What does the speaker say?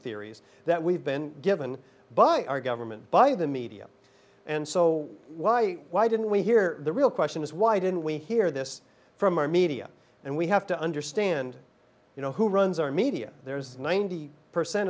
theories that we've been given by our government by the media and so why why didn't we hear the real question is why didn't we hear this from our media and we have to understand you know who runs our media there is ninety percent